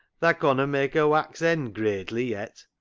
tha conna mak' a wax end gradely yet.